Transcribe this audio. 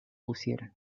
pusieron